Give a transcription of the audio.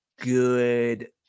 good